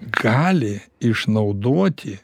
gali išnaudoti